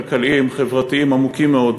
כלכליים וחברתיים עמוקים מאוד.